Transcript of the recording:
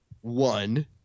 one